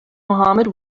mohammad